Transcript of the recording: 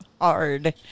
Hard